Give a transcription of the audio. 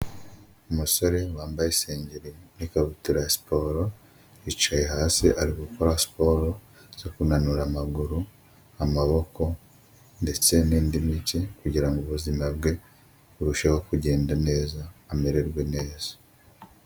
Umusore wambaye isengeri n'ikabutura ya siporo yicaye hasi, ari gukora siporo zo kunanura amaguru, amaboko ndetse n'indi mitsi kugira ubuzima bwe burusheho kugenda neza, amererwe neza.